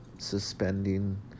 Suspending